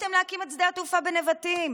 יכולתם להקים את שדה התעופה בנבטים,